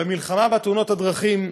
במלחמה בתאונות הדרכים.